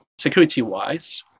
security-wise